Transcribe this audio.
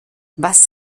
was